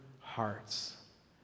hearts